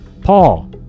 Paul